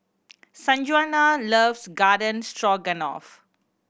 Sanjuana loves Garden Stroganoff